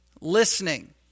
listening